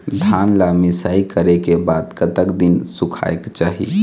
धान ला मिसाई करे के बाद कतक दिन सुखायेक चाही?